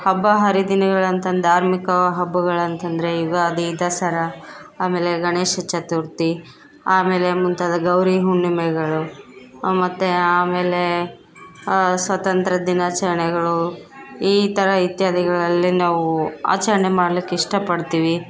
ಹಬ್ಬ ಹರಿದಿನಗಳಂತಂದು ಧಾರ್ಮಿಕ ಹಬ್ಬಗಳಂತಂದರೆ ಯುಗಾದಿ ದಸರಾ ಆಮೇಲೆ ಗಣೇಶ ಚತುರ್ಥಿ ಆಮೇಲೆ ಮುಂತಾದ ಗೌರಿ ಹುಣ್ಣಿಮೆಗಳು ಮತ್ತು ಆಮೇಲೆ ಸ್ವಾತಂತ್ರ್ಯ ದಿನಾಚರ್ಣೆಗಳು ಈ ಥರ ಇತ್ಯಾದಿಗಳಲ್ಲಿ ನಾವು ಆಚರಣೆ ಮಾಡ್ಲಿಕ್ಕೆ ಇಷ್ಟಪಡ್ತೀವಿ